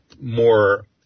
more